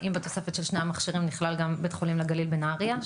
האם בתוספת של שני המכשירים נכלל גם בית חולים לגליל בנהריה,